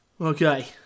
Okay